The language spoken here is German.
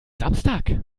samstag